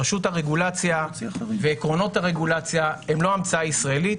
רשות הרגולציה ועקרונות הרגולציה הם לא המצאה ישראלית.